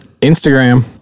Instagram